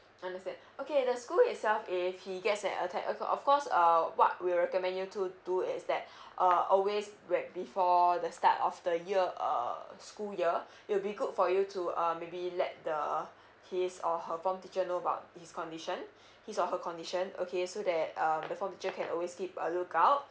understand okay the school itself if he gets that attack uh of course uh what we recommend you to do is that uh always when before the start of the year uh school year it will be good for you to uh maybe let the uh his or her form teacher know about his condition his or her condition okay so that um the form teacher always keep a lookout